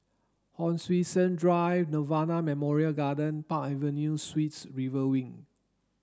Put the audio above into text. Hon Sui Sen Drive Nirvana Memorial Garden Park Avenue Suites River Wing